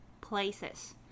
places